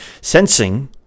sensing